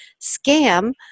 scam